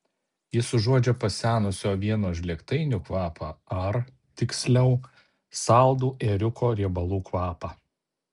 jis užuodžia pasenusių avienos žlėgtainių kvapą ar tiksliau saldų ėriuko riebalų kvapą